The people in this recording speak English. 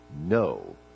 No